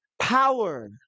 power